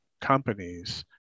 companies